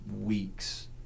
weeks